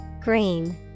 Green